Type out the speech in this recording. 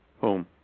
Home